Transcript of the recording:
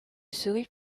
serait